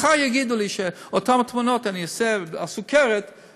מחר יגידו לי שאותן תמונות אני אעשה על סוכרת,